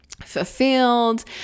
fulfilled